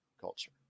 Culture